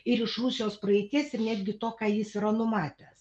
ir iš rusijos praeities ir netgi to ką jis yra numatęs